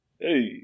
Hey